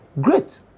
Great